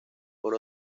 por